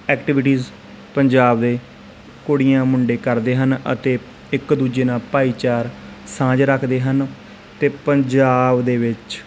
activities Punjab ਦੇ ਕੁੜੀਆਂ ਮੁੰਡੇ ਕਰਦੇ ਹਨ ਅਤੇ ਇੱਕ ਦੂਜੇ ਨਾਲ ਭਾਈਚਾਰ ਸਾਂਝ ਰੱਖਦੇ ਹਨ ਅਤੇ ਪੰਜਾਬ ਦੇ ਵਿੱਚ